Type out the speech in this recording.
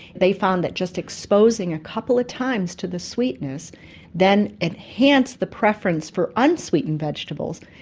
they found that just exposing a couple of times to the sweetness then enhanced the preference for unsweetened vegetables,